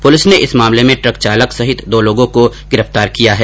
police ने इस मामले में ट्रक चालक सहित दो लोगों को गिरफ़तार किया है